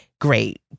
great